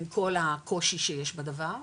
עם כל הקושי שיש בדבר,